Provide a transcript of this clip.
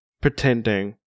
pretending